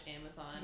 Amazon